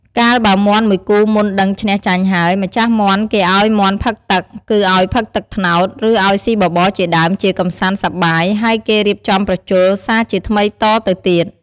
កាល បើមាន់មួយគូមុនដឹងឈ្នះចាញ់ហើយ ម្ចាស់មាន់គេឲ្យមាន់ផឹកទឹក គឺឲ្យផឹកទឹកត្នោត ឬឲ្យស៊ីបបរជាដើម ជាកម្សាន្ត សប្បាយ ហើយគេរៀបចំប្រជល់ សាជាថ្មីតទៅទៀត ។